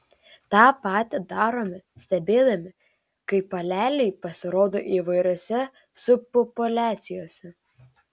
tą patį darome stebėdami kaip aleliai pasirodo įvairiose subpopuliacijose